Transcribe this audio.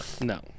No